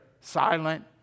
silent